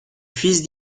fils